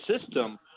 system